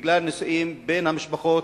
בגלל נישואים בין המשפחות,